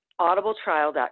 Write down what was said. audibletrial.com